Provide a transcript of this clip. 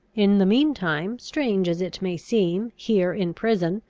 in the mean time, strange as it may seem, here, in prison,